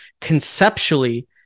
conceptually